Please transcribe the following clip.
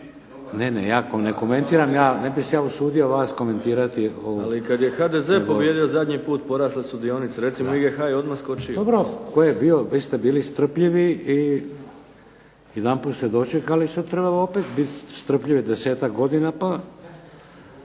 Ne, ne. Ja ne komentiram. Ja ne bih se ja usudio vas komentirati. **Bauk, Arsen (SDP)** Ali kad je HDZ pobijedio zadnji put porasle su dionice. Recimo IGH je odmah skočio. **Šeks, Vladimir (HDZ)** Dobro. Tko je bio, vi ste bili strpljivi i jedanput ste dočekali i sad treba opet biti strpljivi desetak godina, pa...